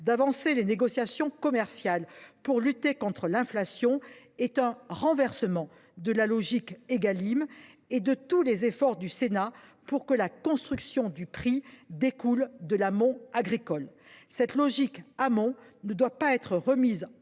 d’avancer les négociations commerciales pour lutter contre l’inflation est un renversement de la logique des textes Égalim et de tous les efforts du Sénat pour que la formation du prix découle de l’amont agricole. Cette logique fondée sur l’amont ne doit pas être remise en cause